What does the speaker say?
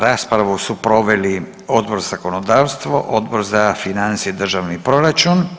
Raspravu su proveli Odbor za zakonodavstvo, Odbor za financije i državni proračun.